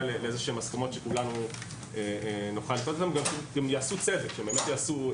לאיזה שהן הסכמות שכולנו נוכל לחיות איתן והן גם יעשו צדק והיגיון.